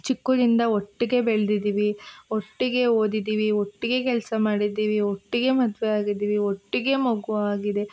ಚಿಕ್ಕೋರಿಂದ ಒಟ್ಟಿಗೇ ಬೆಳೆದಿದ್ದೀವಿ ಒಟ್ಟಿಗೇ ಓದಿದ್ದೀವಿ ಒಟ್ಟಿಗೇ ಕೆಲಸ ಮಾಡಿದ್ದೀವಿ ಒಟ್ಟಿಗೇ ಮದುವೆ ಆಗಿದ್ದೀವಿ ಒಟ್ಟಿಗೇ ಮಗು ಆಗಿದೆ